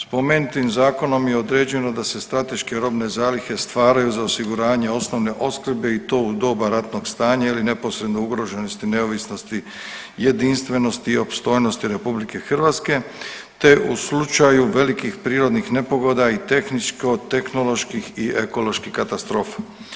Spomenutim zakonom je određeno da se strateške robne zalihe stvaraju za osiguranje osnovne opskrbe i to u doba ratnog stanja ili neposredne ugroženosti neovisnosti, jedinstvenosti i opstojnosti RH te u slučaju velikih prirodnih nepogoda i tehničko-tehnoloških i ekoloških katastrofa.